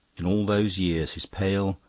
in all those years his pale,